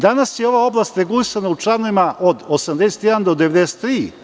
Danas je ova oblast regulisana u članovima od 81. do 93.